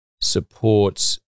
supports